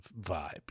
vibe